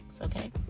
okay